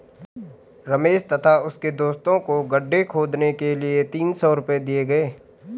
रमेश तथा उसके दोस्तों को गड्ढे खोदने के लिए तीन सौ रूपये दिए गए